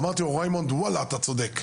אמרתי לו: ריימונד, וואלה אתה צודק.